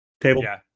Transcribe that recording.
table